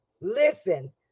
Listen